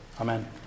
amen